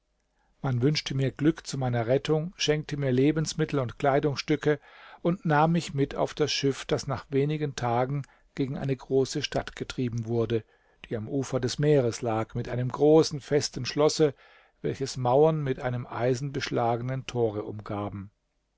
man wünschte mir glück zu meiner rettung schenkte mir lebensmittel und kleidungsstücke und nahm mich mit auf das schiff das nach wenigen tagen gegen eine große stadt getrieben wurde die am ufer des meeres lag mit einem großen festen schlosse welches mauern mit einem eisenbeschlagenen tore umgaben